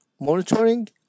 monitoring